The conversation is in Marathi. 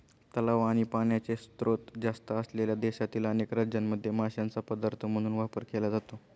तलाव आणि पाण्याचे स्त्रोत जास्त असलेल्या देशातील अनेक राज्यांमध्ये माशांचा पदार्थ म्हणून वापर केला जातो